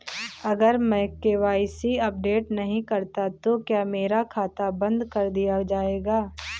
अगर मैं KYC update नहीं करता तो क्या मेरा खाता बंद कर दिया जाएगा?